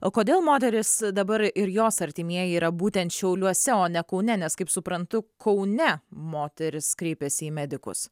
o kodėl moteris dabar ir jos artimieji yra būtent šiauliuose o ne kaune nes kaip suprantu kaune moteris kreipėsi į medikus